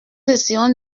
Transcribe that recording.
essayons